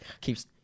keeps